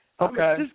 Okay